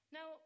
Now